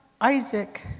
isaac